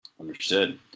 Understood